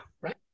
Right